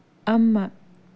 ꯑꯃ